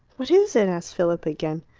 what is it? asked philip again.